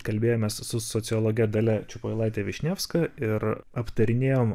kalbėjomės su sociologe dalia čiupailaite višnevska ir aptarinėjom